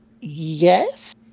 Yes